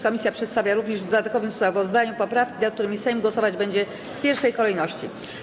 Komisja przedstawia również w dodatkowym sprawozdaniu poprawki, nad którymi Sejm głosować będzie w pierwszej kolejności.